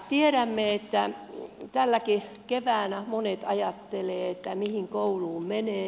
tiedämme että tänäkin keväänä monet ajattelevat että mihin kouluun menisi